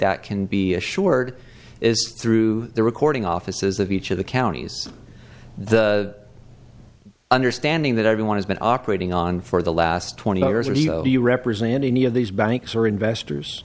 that can be assured is through the recording offices of each of the the counties understanding that everyone has been operating on for the last twenty years or do you represent any of these banks or investors